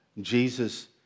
Jesus